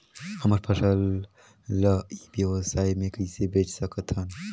हमर फसल ल ई व्यवसाय मे कइसे बेच सकत हन?